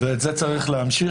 -- ואת זה צריך להמשיך,